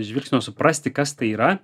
žvilgsnio suprasti kas tai yra